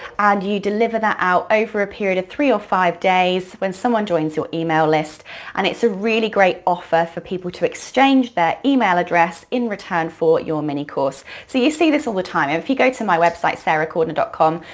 and you deliver that out over a period of three or five days when someone joins your email list and it's a really great offer for people to exchange their email address in return for your mini-course. so you see this all the time. and if you go to my web site, sarahcordiner com,